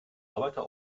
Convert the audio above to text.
arbeiter